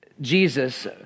Jesus